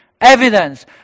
evidence